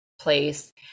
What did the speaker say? place